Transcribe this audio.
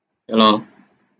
ya lor